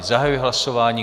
Zahajuji hlasování.